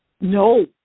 No